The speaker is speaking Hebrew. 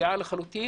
נפגעה לחלוטין.